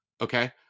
Okay